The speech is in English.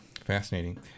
Fascinating